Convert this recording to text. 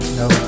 no